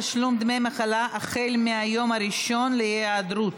תשלום דמי מחלה החל מהיום הראשון להיעדרות),